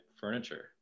furniture